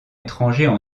étrangers